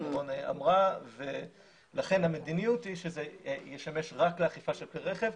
לכן המדיניות היא שזה ישמש רק לאכיפה של כלי רכב.